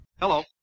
Hello